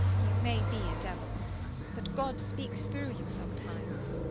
you may be a devil but god speaks through you sometimes.